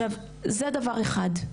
זה דבר אחד.